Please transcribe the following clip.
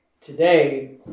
today